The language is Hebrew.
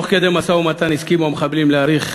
תוך כדי משא-ומתן הסכימו המחבלים להאריך